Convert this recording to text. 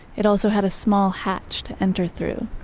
it also had a small hatch to enter through.